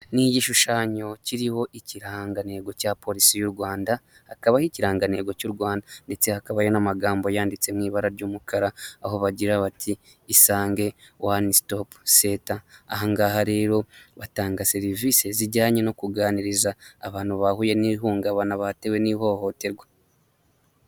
Ni igishushanyo kiriho ikirangantego cya polisi y'u Rwanda, hakabaho ikirangantego cy'u Rwanda ndetse hakaba n'amagambo yanditse mu ibara ry'umukara, aho bagira bati isange wani sitopu seta, ahangaha rero batanga serivisi zijyanye no kuganiriza abantu bahuye n'ihungabana batewe n'ihohoterwa.